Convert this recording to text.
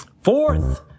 Fourth